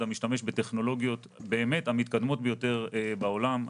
משתמש בטכנולוגיות באמת המתקדמות ביותר בעולם.